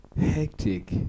hectic